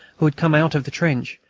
who had come out of the trench,